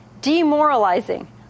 demoralizing